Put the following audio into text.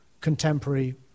contemporary